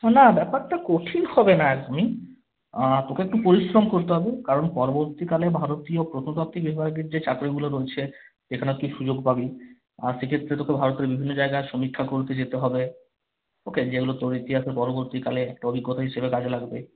না ব্যাপারটা কঠিন হবে না একদমই তোকে একটু পরিশ্রম করতে হবে কারণ পরবর্তীকালে ভারতীয় প্রত্নতাত্ত্বিক বিভাগের যে চাকরিগুলো রয়েছে যেখানে তুই সুযোগ পাবি আর সে ক্ষেত্রে তোকে ভারতের বিভিন্ন জায়গার সমীক্ষা করতে যেতে হবে ওকে যেগুলো তোর ইতিহাসে পরবর্তীকালে একটা অভিজ্ঞতা হিসাবে কাজে লাগবে